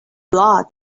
blood